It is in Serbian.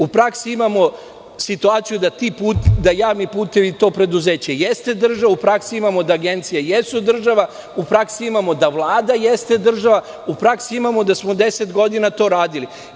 U praksi imamo situaciju da to javno preduzeće jeste država, u praksi imamo da agencije jesu država, u praksi imamo da Vlada jeste država, u praksi imamo da smo 10 godina to radili.